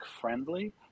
Friendly